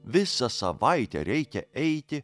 visą savaitę reikia eiti